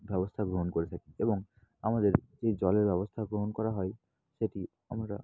ব্যবস্থা গ্রহণ করে থাকি এবং আমাদের যে জলের ব্যবস্থা গ্রহণ করা হয় সেটি আমরা